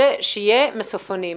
זה שיהיו מסופונים.